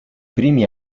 primi